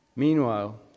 Meanwhile